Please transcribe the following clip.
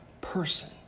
person